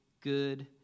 good